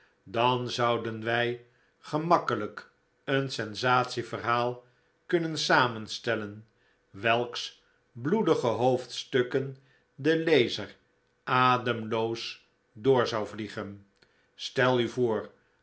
dan zouden wij gemakkelijk een sensatieverhaal kunnen samenstellen welks bloedige hoofdstukken de lezer ademloos door zou vliegen stel u voor